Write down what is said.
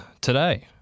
today